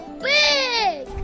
big